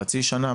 חצי שנה?